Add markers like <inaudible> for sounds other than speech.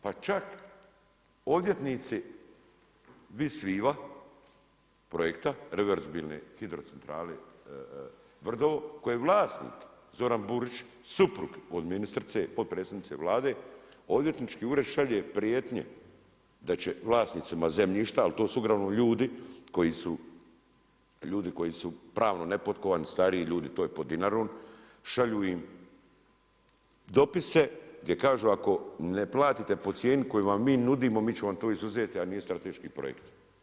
Pa čak odvjetnici Vis Viva projekta, reverzibilne hidrocentrale … <unintelligible> kojoj je vlasnik Zoran Burić, suprug od ministrice, potpredsjednice Vlade, odvjetnički ured šalje prijetnje da će vlasnicima zemljišta a to su uglavnom ljudi koji su pravno nepotkovani, stariji ljudi, to je pod Dinarom, šalju im dopise gdje kažu ako ne platite po cijeni koju vam nudimo, mi ćemo vam to izuzeti a nije strateški projekt.